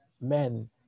men